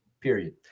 Period